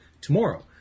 tomorrow